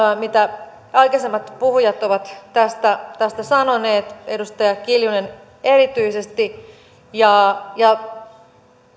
mitä aikaisemmat puhujat ovat tästä tästä sanoneet edustaja kiljunen erityisesti ja ja